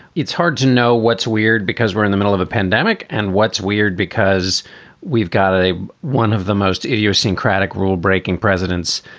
it's hard to know what's weird, because we're in the middle of a pandemic. and what's weird, because we've got a one of the most idiosyncratic rule breaking presidents.